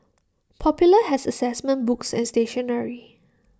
popular has Assessment books and stationery